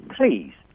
Please